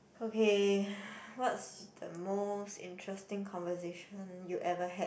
okay what's the most interesting conversation you ever had